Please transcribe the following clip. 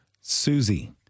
Susie